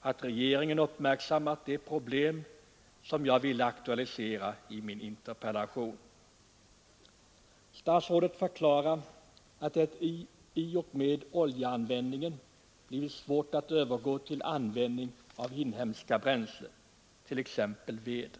att regeringen har uppmärksammat de problem som jag ville aktualisera i min interpellation. Statsrådet förklarar att det i och med oljeanvändningen blivit svårt att övergå till användning av inhemska bränslen, t.ex. ved.